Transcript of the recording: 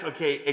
Okay